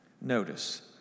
Notice